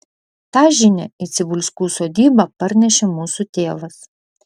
tą žinią į cibulskų sodybą parnešė mūsų tėvas